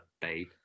babe